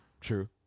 True